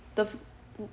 the